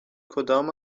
کدام